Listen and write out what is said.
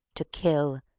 to kill,